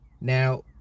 Now